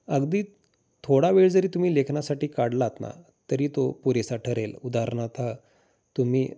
अगदी थोडा वेळ जरी तुम्ही लेखनासाठी काढलात ना तरी तो पुरेसा ठरेल उदाहरणार्थ तुम्ही